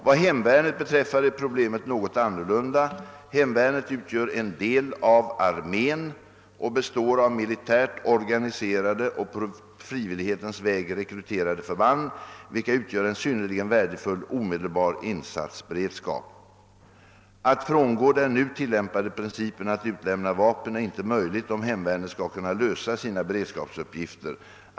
Vad hemvärnet beträffar är problemet något annorlunda. Hemvärnet utgör en del av armén och består av militärt organiserade och på frivillighetens väg rekryterade förband, vilka utgör en synnerligen värdefull omedelbar insatsberedskap. Att frångå den nu tillämpade principen att utlämna vapen är inte möjligt om hemvärnet skall kunna lösa sina beredskapsuppgifter.